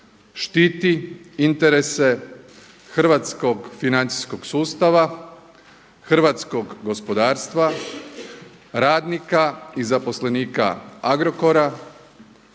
štiti interese hrvatskog financijskog sustava, hrvatskog gospodarstva, radnika i zaposlenika Agrokora,